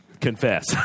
confess